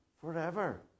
forever